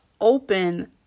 open